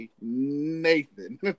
Nathan